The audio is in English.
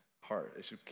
heart